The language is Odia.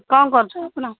କ'ଣ କରୁଛ ଆପଣ